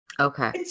Okay